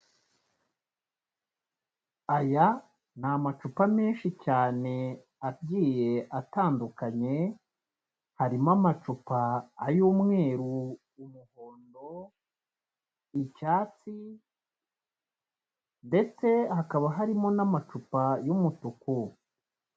Aya ni amacupa menshi cyane agiye atandukanye, harimo amacupa ay'umweru, umuhondo, icyatsi ndetse hakaba harimo n'amacupa y'umutuku.